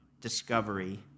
discovery